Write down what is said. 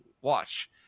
watch